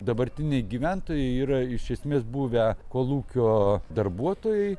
dabartiniai gyventojai yra iš esmės buvę kolūkio darbuotojai